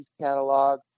catalog